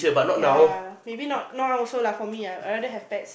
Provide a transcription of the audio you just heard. ya maybe not no one also lah for me ah I rather have pets